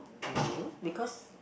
no because